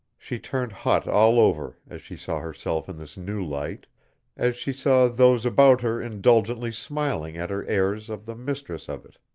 she turned hot all over as she saw herself in this new light as she saw those about her indulgently smiling at her airs of the mistress of it.